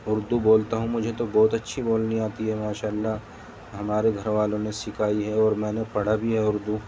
اردو بولتا ہوں مجھے تو بہت اچھی بولنی آتی ہے ماشا اللہ ہمارے گھر والوں نے سکھائی ہے اور میں نے پڑھا بھی ہے اردو